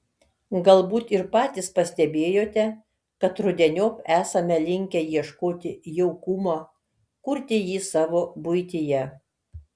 galbūt ir patys pastebėjote kad rudeniop esame linkę ieškoti jaukumo kurti jį savo buityje